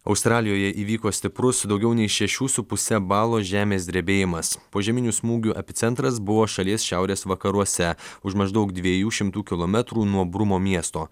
australijoje įvyko stiprus daugiau nei šešių su puse balo žemės drebėjimas požeminių smūgių epicentras buvo šalies šiaurės vakaruose už maždaug dviejų šimtų kilometrų nuo brumo miesto